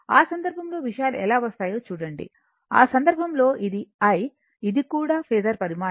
ఆ సందర్భంలో విషయాలు ఎలా వస్తాయో చూడండి ఆ సందర్భంలో ఇది i ఇది కూడా ఫేసర్ పరిమాణం